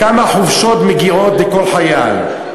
כמה חופשות מגיעות לכל חייל,